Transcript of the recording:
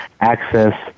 access